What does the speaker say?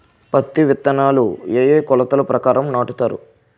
పత్తి విత్తనాలు ఏ ఏ కొలతల ప్రకారం నాటుతారు?